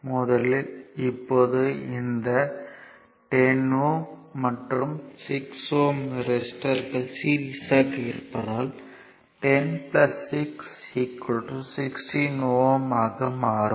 முதலில் இப்போது இந்த 10 Ω மற்றும் 6 Ω ரெசிஸ்டர்கள் சீரிஸ்யாக இருப்பதால் 10 6 16 Ω ஆக மாறும்